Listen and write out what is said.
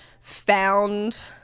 found